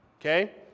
Okay